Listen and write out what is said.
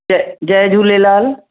जय जय झूलेलाल